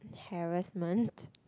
harassment